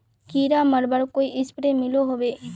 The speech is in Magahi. कीड़ा मरवार कोई स्प्रे मिलोहो होबे?